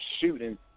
shooting